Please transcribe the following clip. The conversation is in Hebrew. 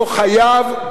לא חייב,